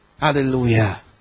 Hallelujah